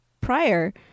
prior